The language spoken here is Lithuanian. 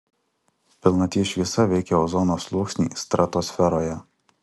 pilnaties šviesa veikia ozono sluoksnį stratosferoje